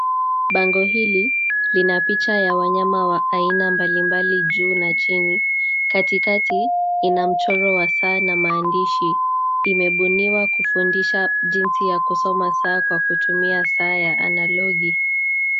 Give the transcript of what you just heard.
Bango hili, lina picha ya wanyama wa aina mbalimbali juu na chini. Katikati, ina picha ya saa na maandishi. Imebuniwa kufundisha jinsi ya kusoma saa kwa kutumia saa ya analogi.